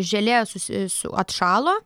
želė susi su atšalo